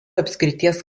apskrities